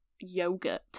yogurt